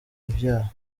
ivyaha